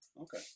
Okay